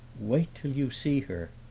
wait till you see her!